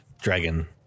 dragon